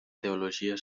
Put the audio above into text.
teologia